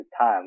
time